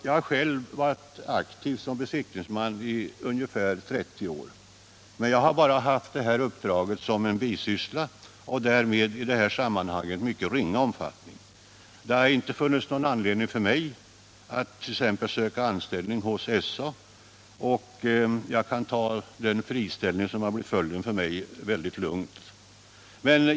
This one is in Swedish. Jag har själv varit aktiv som besiktningsman i ungefär 30 år, men jag har bara haft det uppdraget som bisyssla, därtill bara i ringa omfattning. Det har därför inte funnits någon anledning för mig att t.ex. söka anställning hos SA, och jag kan följaktligen också ta den friställning som blivit följden för mig mycket lugnt.